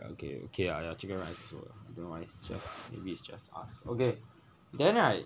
okay okay ah ya chicken rice don't know why it's just maybe it's just us okay then right